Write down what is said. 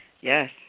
Yes